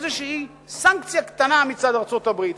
איזושהי סנקציה קטנה מצד ארצות-הברית,